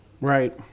Right